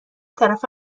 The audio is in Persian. طرف